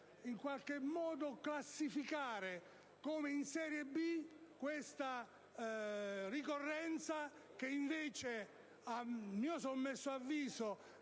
in qualche modo classificare come di serie B detta ricorrenza, la quale invece - a mio sommesso avviso,